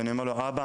ואני אומר לו 'אבא,